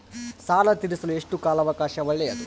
ಸಾಲ ತೇರಿಸಲು ಎಷ್ಟು ಕಾಲ ಅವಕಾಶ ಒಳ್ಳೆಯದು?